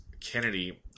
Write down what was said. Kennedy